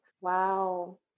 Wow